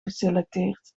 geselecteerd